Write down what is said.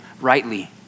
rightly